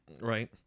Right